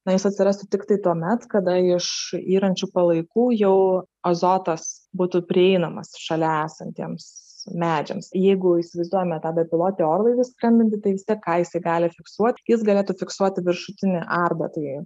na jis atsirastų tiktai tuomet kada iš yrančių palaikų jau azotas būtų prieinamas šalia esantiems medžiams jeigu įsivaizduojame tą bepilotį orlaivį skrendantį tai vis tiek ką jis gali fiksuoti jis galėtų fiksuoti viršutinį arbą tai